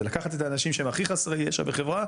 זה לקחת את האנשים שהם הכי חסרי ישע בחברה